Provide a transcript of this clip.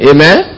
Amen